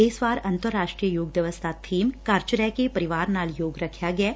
ਇਸ ਵਾਰ ਅੰਤਰ ਰਾਸ਼ਟਰੀ ਯੋਗ ਦਿਵਸ ਦਾ ਬੀਮ ਘਰ ਚ ਰਹਿ ਕੇ ਪਰਿਵਾਰ ਨਾਲ ਯੋਗ ਰੱਖਿਆ ਗੈ